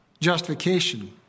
justification